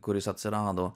kuris atsirado